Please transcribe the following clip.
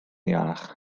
iach